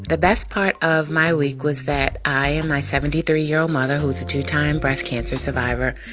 the best part of my week was that i and my seventy three year old mother, who's a two-time breast cancer survivor,